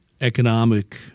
economic